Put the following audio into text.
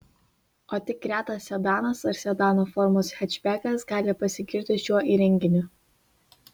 o tik retas sedanas ar sedano formos hečbekas gali pasigirti šiuo įrenginiu